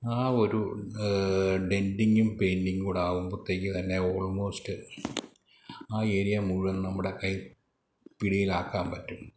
ആ ഒരു ഡെൻഡിങ്ങും പെയിൻ്റിങ്ങും കൂടെ ആകുമ്പോഴത്തേക്കും തന്നെ ഓൾമോസ്റ്റ് ആ ഏരിയ മുഴുവൻ നമ്മുടെ കൈ പിടിയിലാക്കാൻ പറ്റും